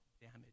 damage